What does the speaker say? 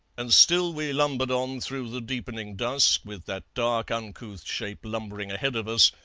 and still we lumbered on through the deepening dusk, with that dark uncouth shape lumbering ahead of us,